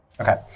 okay